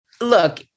Look